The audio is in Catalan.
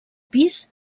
pis